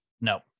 No